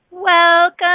Welcome